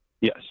Yes